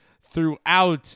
throughout